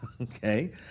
Okay